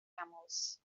camels